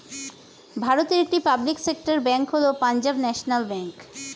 ভারতের একটি public sector bank হল পাঞ্জাব ন্যাশনাল ব্যাঙ্ক